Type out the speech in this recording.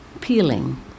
peeling